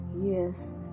yes